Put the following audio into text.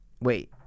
Wait